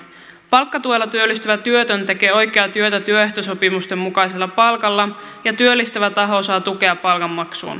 palkkatuella työllistyvä työtön tekee oikeaa työtä työehtosopimusten mukaisella palkalla ja työllistävä taho saa tukea palkanmaksuun